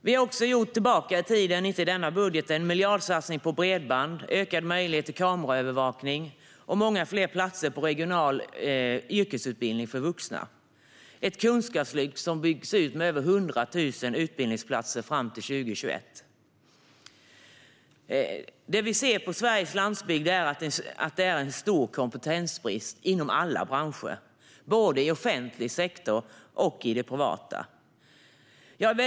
Tidigare budgetar har bland annat innehållit en miljardsatsning på bredband, ökad möjlighet till kameraövervakning, många fler platser på regional yrkesutbildning för vuxna och ett kunskapslyft som byggs ut med över 100 000 utbildningsplatser till 2021. Det vi ser på Sveriges landsbygder är en stor kompetensbrist inom alla branscher, både i offentlig och privat sektor.